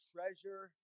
Treasure